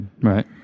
Right